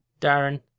Darren